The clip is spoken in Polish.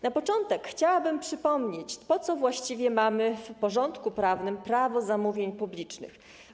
Na początek chciałabym przypomnieć, po co właściwie mamy w porządku prawnym Prawo zamówień publicznych.